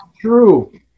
true